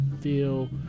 feel